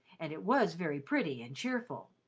and it was very pretty and cheerful.